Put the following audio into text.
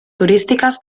turísticas